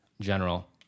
general